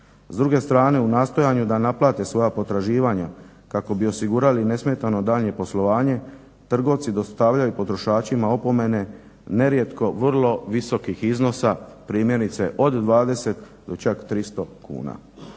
S druge strane u nastojanju da naplate svoja potraživanja kako bi osigurali nesmetano daljnje poslovanje trgovci dostavljaju potrošačima opomene nerijetko vrlo visokih iznosa primjerice od 20 do čak 300 kuna.